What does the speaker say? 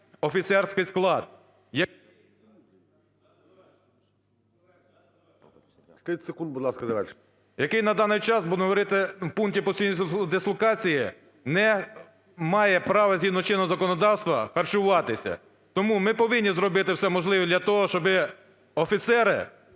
САВКА І.І. … який на даний час, будемо говорити, в пункті постійної дислокації не має права згідно чинного законодавства харчуватися. Тому ми повинні зробити все можливе для того, щоби офіцери